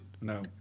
No